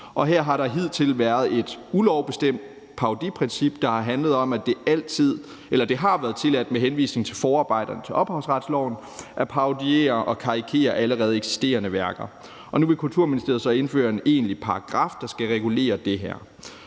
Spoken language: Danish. Her har der hidtil været et ulovbestemt parodiprincip, der har handlet om, at det har været tilladt med henvisning til forarbejderne til ophavsretsloven at parodiere og karikere allerede eksisterende værker, og nu vil Kulturministeriet så indføre en egentlig paragraf, der skal regulere det her.